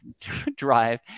drive